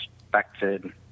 expected